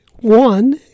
One